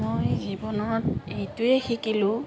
মই জীৱনত এইটোৱে শিকিলোঁ